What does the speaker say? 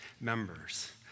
members